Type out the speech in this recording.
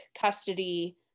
custody